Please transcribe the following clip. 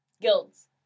guilds